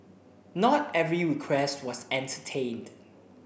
not every request was entertained